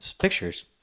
pictures